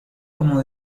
como